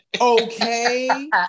okay